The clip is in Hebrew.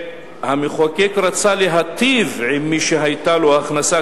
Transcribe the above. שהמחוקק רצה להטיב עם מי שהיתה לו הכנסה